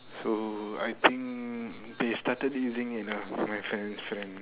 so I think they started using it ah my friend his friend